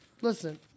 Listen